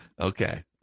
Okay